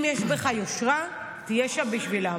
אם יש בך יושרה, תהיה שם בשבילם.